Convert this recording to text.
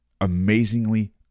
amazingly